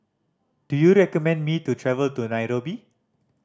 do you recommend me to travel to Nairobi